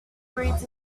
breeds